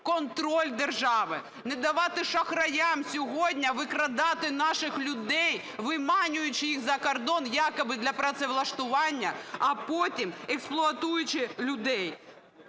контроль держави, не давати шахраям сьогодні викрадати наших людей, виманюючи їх за кордон якобы для працевлаштування, а потім експлуатуючи людей.